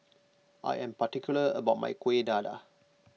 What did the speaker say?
I am particular about my Kueh Dadar